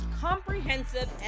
comprehensive